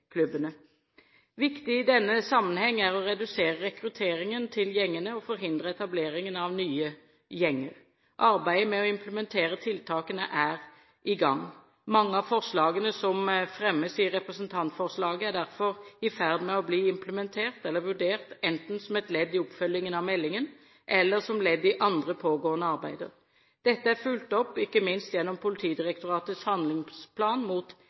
Viktig i denne sammenheng er det å redusere rekrutteringen til gjengene og forhindre etableringen av nye gjenger. Arbeidet med å implementere tiltakene er i gang. Mange av forslagene som fremmes i representantforslaget, er derfor i ferd med å bli implementert eller vurdert, enten som ledd i oppfølgingen av meldingen eller som ledd i andre, pågående arbeider. Dette er fulgt opp ikke minst gjennom Politidirektoratets handlingsplan mot